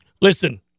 Listen